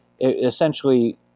essentially